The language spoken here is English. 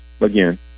again